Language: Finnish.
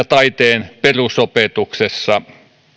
taiteen perusopetuksessa